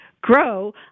grow